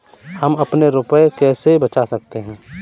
हम अपने रुपये कैसे बचा सकते हैं?